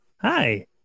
Hi